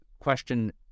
question